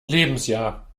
lebensjahr